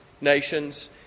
nations